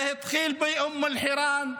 זה התחיל באום אלחיראן,